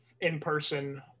in-person